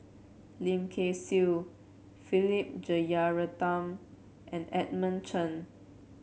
Lim Kay Siu Philip Jeyaretnam and Edmund Chen